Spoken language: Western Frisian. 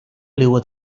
bliuwe